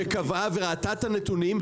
שקבעה וראתה את הנתונים,